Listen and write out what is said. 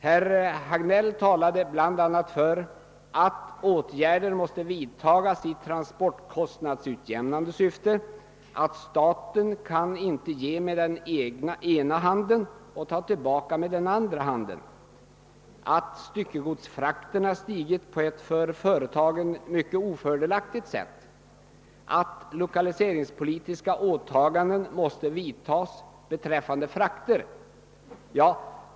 Herr Hagnell framhöll att åtgärder måste vidtagas i transportkostnadsutjämnande syfte, att staten inte kan ge med den ena handen och ta tillbaka med den andra, att styckegodsfrakterna stigit på ett för företagen mycket ofördelaktigt sätt samt att lokaliseringspolitiska åtaganden måste göras beträffande frakter.